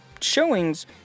showings